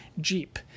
Jeep